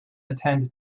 attend